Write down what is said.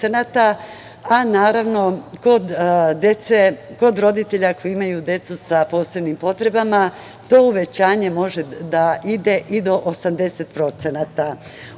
za 30%, a kod roditelja koji imaju decu sa posebnim potrebama, to uvećanje može da ide i do 80%.Ovaj